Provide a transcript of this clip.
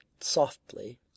softly